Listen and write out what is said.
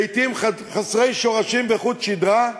לעתים חסרי שורשים וחוט שדרה,